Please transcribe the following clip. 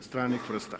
stranih vrsta.